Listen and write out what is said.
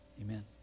amen